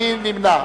מי נמנע?